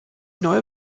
neue